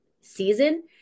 season